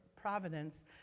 providence